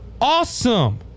Awesome